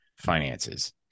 finances